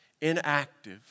inactive